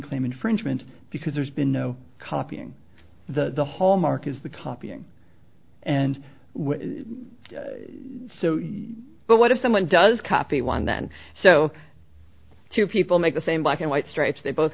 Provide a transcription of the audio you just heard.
claim infringement because there's been no copying the hallmark is the copying and so but what if someone does copy one then so two people make the same black and white stripes they both